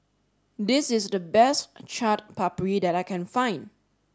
this is the best Chaat Papri that I can find